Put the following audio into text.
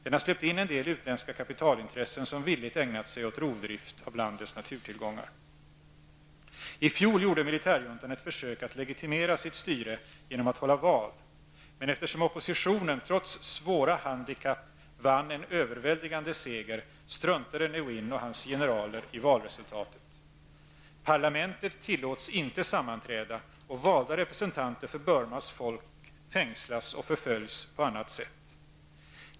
Den har släppt in en del utländska kapitalintressen som villigt ägnat sig åt rovdrift av landets naturtillgångar. I fjol gjorde militärjuntan ett försök att legitimera sitt styre genom att hålla val, men eftersom oppositionen trots svåra handikapp vann en överväldigande seger struntade Ne Win och hans generaler i valresultatet. Parlamentet tillåts inte sammanträda, och valda representanter för Burmas folk fängslas eller förföljs på annat sätt.